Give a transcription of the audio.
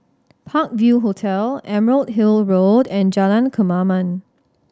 Park View Hotel Emerald Hill Road and Jalan Kemaman